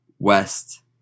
west